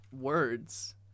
words